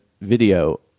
video